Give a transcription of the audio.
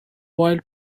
while